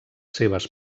seves